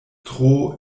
tro